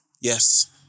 Yes